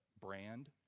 brand